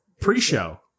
pre-show